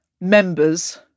members